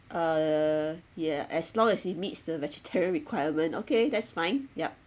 uh ya as long as it meets the vegetarian requirement okay that's fine yup